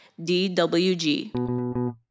DWG